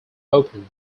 opened